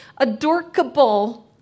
Adorkable